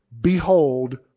behold